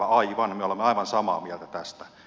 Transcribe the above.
aivan me olemme aivan samaa mieltä tästä